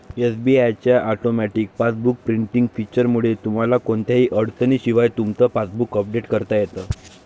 SBI च्या automatic passbook printing फीचरमुळे तुम्हाला कोणत्याही अडचणीशिवाय तुमचं पासबुक अपडेट करता येतं